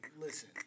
listen